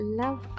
love